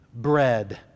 bread